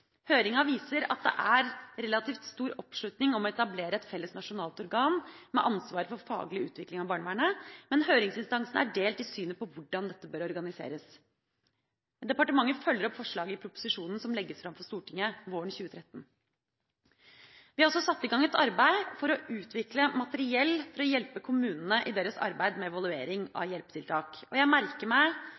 viser at det er en relativt stor oppslutning om å etablere et felles nasjonalt organ med ansvar for faglig utvikling av barnevernet, men høringsinstansene er delt i synet på hvordan dette bør organiseres. Departementet følger opp forslaget i proposisjonen, som legges fram for Stortinget våren 2013. Vi har også satt i gang et arbeid for å utvikle materiell for å hjelpe kommunene i deres arbeid med evaluering av hjelpetiltak. Jeg merker meg